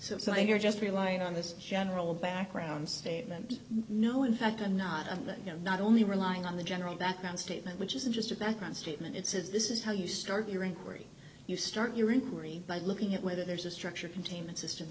so so they are just relying on this general background statement no in fact i'm not on that not only relying on the general background statement which isn't just a background statement it says this is how you start your inquiry you start your inquiry by looking at whether there's a structure containment system